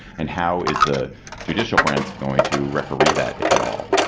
and how is the judicial branch going to referee that if at all.